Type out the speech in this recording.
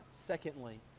Secondly